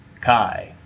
Kai